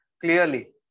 clearly